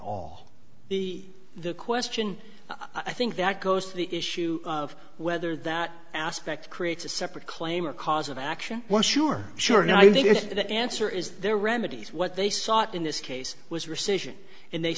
all the the question i think that goes to the issue of whether that aspect creates a separate claim or cause of action one sure sure and i think if the answer is there are remedies what they sought in this case was rescission and they